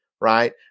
right